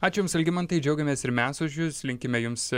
ačiū jums algimantai džiaugiamės ir mes už jus linkime jums